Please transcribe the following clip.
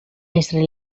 sri